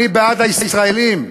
אני בעד הישראלים.